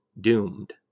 doomed